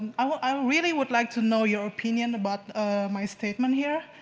i really would like to know your opinion about my statement here.